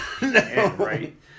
right